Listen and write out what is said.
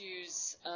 issues